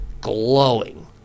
glowing